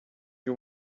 you